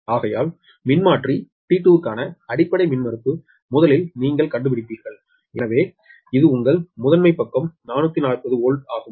ஆகையால் மின்மாற்றி T2 க்கான அடிப்படை மின்மறுப்பு முதலில் நீங்கள் கண்டுபிடிப்பீர்கள் எனவே இது உங்கள் முதன்மை பக்கம் 440 வோல்ட் ஆகும்